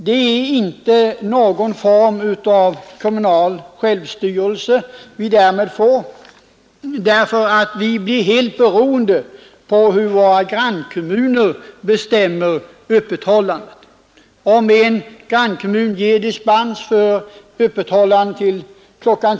Det är inte en form av kommunal självstyrelse vi därmed får; vi blir helt beroende av vad våra grannkommuner bestämmer om öppethållandet, sade de. Ger en grannkommun dispens för öppethållande till kl.